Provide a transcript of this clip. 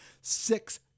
six